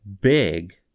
big